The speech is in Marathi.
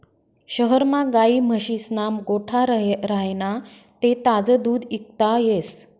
शहरमा गायी म्हशीस्ना गोठा राह्यना ते ताजं दूध इकता येस